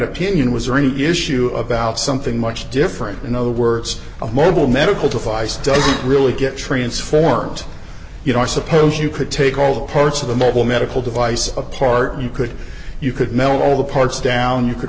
opinion was there any issue about something much different in other words a mobile medical device doesn't really get transformed you know i suppose you could take all the parts of the mobile medical device apart you could you could melt all the parts down you could